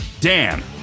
Dan